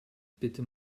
bitte